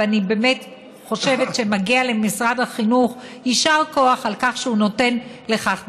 ואני באמת חושבת שמגיע למשרד החינוך יישר כוח על כך שהוא נותן לכך דגש.